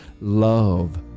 love